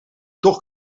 toch